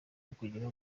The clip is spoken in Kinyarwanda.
ukugira